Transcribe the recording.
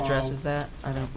addresses that i don't